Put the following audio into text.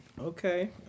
Okay